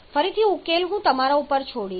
ફરીથી ઉકેલ હું તમારા ઉપર છોડીશ